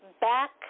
back